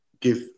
give